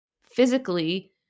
physically